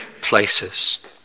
places